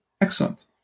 excellent